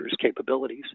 capabilities